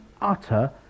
utter